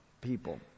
people